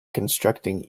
constructing